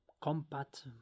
compact